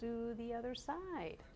do the other side